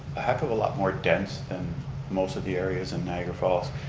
a heck of a lot more dense than most of the areas in niagara falls.